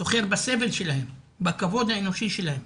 סוחרים בסבל שלהם, בכבוד האנושי שלהם.